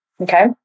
Okay